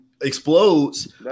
explodes